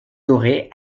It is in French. dorée